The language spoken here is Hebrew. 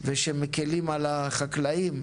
ושמקלים על החקלאים,